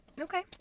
Okay